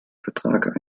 vertrag